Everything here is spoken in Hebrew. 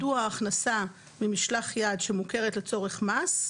מדוע ההכנסה ממשלח יד שמוכרת לצורך מס,